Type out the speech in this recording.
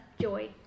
joy